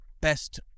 Best